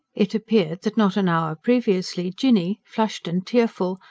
it appeared that not an hour previously, jinny, flushed and tearful,